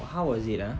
how was it ah